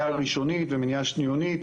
בהן רב יותר והעומס הנפשי והפיזי הוא קטן יותר.